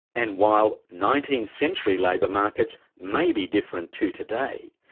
and while nineteenth century labour markets may be different to today,